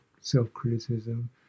self-criticism